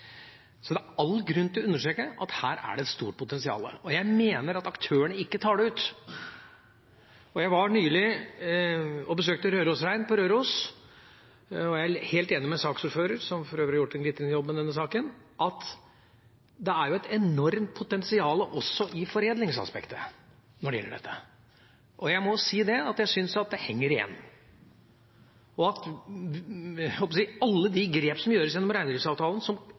Så det er all grunn til å understreke at her er det et stort potensial, og jeg mener at aktørene ikke tar det ut. Jeg var nylig og besøkte Rørosrein på Røros, og jeg er helt enig med saksordføreren – som for øvrig har gjort en glitrende jobb med denne saken – i at det er et enormt potensial også i foredlingsaspektet når det gjelder dette. Jeg må si at jeg syns det henger igjen, og at alle de grep som gjøres gjennom reindriftsavtalen som